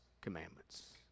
commandments